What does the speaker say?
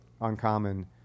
uncommon